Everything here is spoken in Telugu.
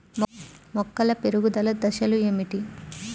మొక్కల పెరుగుదల దశలు ఏమిటి?